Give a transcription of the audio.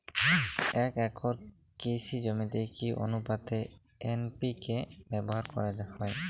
এক একর কৃষি জমিতে কি আনুপাতে এন.পি.কে ব্যবহার করা হয়?